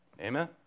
amen